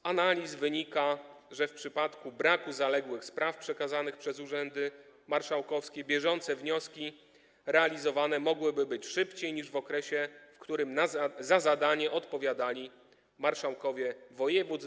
Z analiz wynika też, że w przypadku braku zaległych spraw przekazywanych przez urzędy marszałkowskie bieżące wnioski realizowane mogłyby być szybciej niż w okresie, w którym za to zadanie odpowiadali marszałkowie województw.